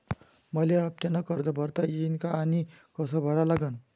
मले हफ्त्यानं कर्ज भरता येईन का आनी कस भरा लागन?